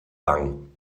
wang